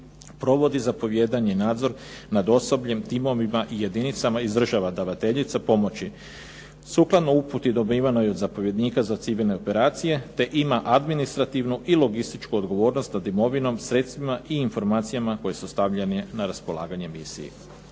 provodi zapovijedanje i nadzor nad osobljem, timovima i jedinicama iz država davateljica pomoći. Sukladno uputi dobivenoj od zapovjednika za civilne operacije, te ima administrativnu i logističku odgovornost nad imovinom, sredstvima i informacijama koje su stavljene na raspolaganje misiji.